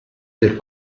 del